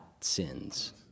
sins